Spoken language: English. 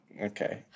Okay